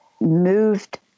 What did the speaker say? moved